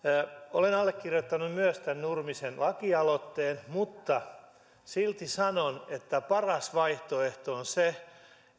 olen myös allekirjoittanut tämän nurmisen lakialoitteen mutta silti sanon että paras vaihtoehto on se